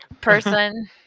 person